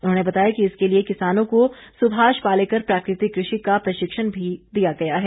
उन्होंने बताया कि इसके लिए किसानों को सुभाष पालेकर प्राकृतिक कृषि का प्रशिक्षण भी दिया गया है